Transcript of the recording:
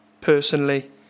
personally